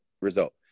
result